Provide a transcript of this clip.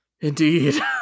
Indeed